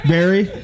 Barry